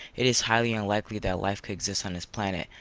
it is highly unlikely that life could exist on this planet,